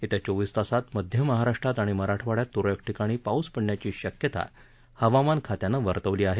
येत्या चोवीस तासात मध्य महाराष्ट्रात आणि मराठवाडयात तुरळक ठिकाणी पाऊस पडण्याची शक्यता हवामान खात्यानं वर्तवली आहे